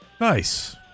Nice